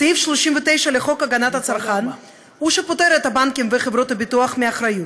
סעיף 39 לחוק הגנת הצרכן הוא שפוטר את הבנקים וחברות הביטוח מאחריות,